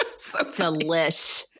Delish